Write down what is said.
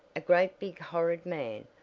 a great big horrid man,